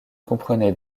comprenait